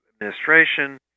administration